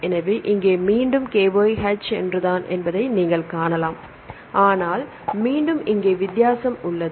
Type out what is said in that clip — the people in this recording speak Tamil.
எனவே இங்கே மீண்டும் KYH ஒன்றுதான் என்பதை நீங்கள் காணலாம் ஆனால் மீண்டும் இங்கே வித்தியாசம் உள்ளது